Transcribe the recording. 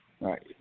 Right